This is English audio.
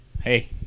Hey